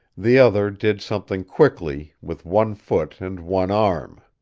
the other did something quickly with one foot and one arm.